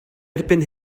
erbyn